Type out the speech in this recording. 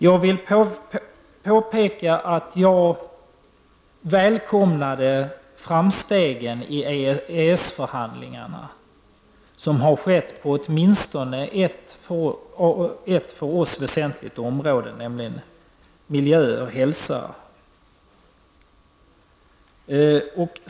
Jag vill påpeka att jag välkomnade de framsteg som har skett i EES-förhandlingarna på åtminstone ett för oss väsentligt område, nämligen miljö och hälsa.